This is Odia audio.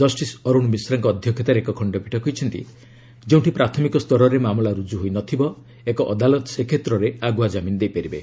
ଜଷ୍ଟିସ୍ ଅରୁଣ ମିଶ୍ରାଙ୍କ ଅଧ୍ୟକ୍ଷତାରେ ଏକ ଖଣ୍ଡପୀଠ କହିଛନ୍ତି ଯେଉଁଠି ପ୍ରାଥମିକ ସ୍ତରରେ ମାମଲା ରୁକୁ ହୋଇନଥିବ ଏକ ଅଦାଲତ ସେ କ୍ଷେତ୍ରରେ ଆଗୁଆ କ୍ରାମିନ ଦେଇପାରିବେ